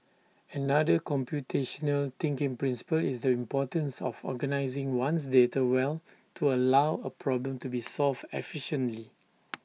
another computational thinking principle is the importance of organising one's data well to allow A problem to be solved efficiently